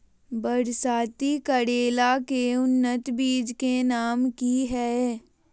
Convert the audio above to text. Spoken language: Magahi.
बरसाती करेला के उन्नत बिज के नाम की हैय?